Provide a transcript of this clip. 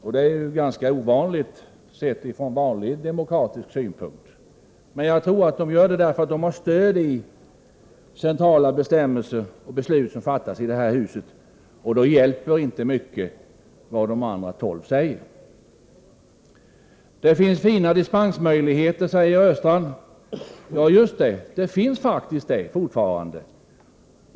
Detta är ganska ovanligt, sett från vanlig demokratisk synpunkt. Men jag tror att de gör det eftersom de har stöd i centrala bestämmelser och beslut som fattats i det här huset, och då hjälper det inte mycket vad de andra tolv säger. Det finns fina dispensmöjligheter, säger Olle Östrand. Ja just det, det finns det faktiskt fortfarande.